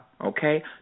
okay